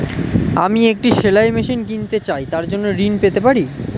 আমি একটি সেলাই মেশিন কিনতে চাই তার জন্য ঋণ পেতে পারি?